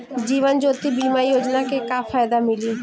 जीवन ज्योति बीमा योजना के का फायदा मिली?